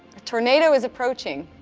a tornado is approaching,